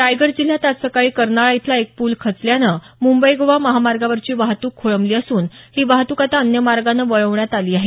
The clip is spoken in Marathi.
रायगड जिल्हयात आज सकाळी कर्नाळा इथला एक पूल खचल्यानं मुंबई गोवा महामार्गावरची वाहतूक खोळंबली असून ही वाहतूक आता अन्य मार्गानं वळवण्यात आली आहे